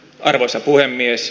arvoisa puhemies